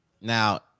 Now